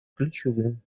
ключевым